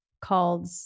called